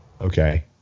Okay